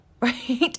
Right